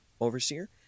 overseer